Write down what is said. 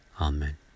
Amen